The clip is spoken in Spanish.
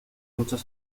muchas